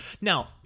Now